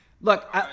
Look